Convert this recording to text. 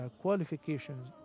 qualifications